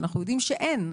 ואנחנו יודעים שאין,